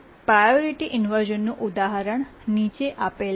priority inversion નું ઉદાહરણ નીચે આપેલ છે